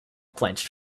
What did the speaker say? clenched